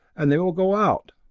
and they will go out!